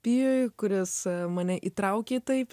pijui kuris mane įtraukė į tai